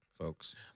Folks